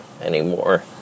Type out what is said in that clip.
anymore